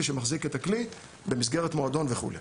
שמחזיק את הכלי במסגרת מועדון וכולי.